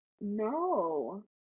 No